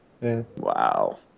Wow